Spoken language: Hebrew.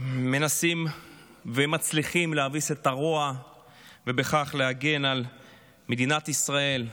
מנסים ומצליחים להביס את הרוע ובכך להגן על מדינת ישראל,